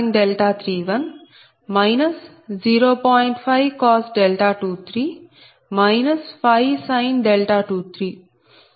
523 523 ఇది సమీకరణం